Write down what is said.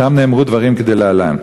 שם נאמרו דברים כדלהלן: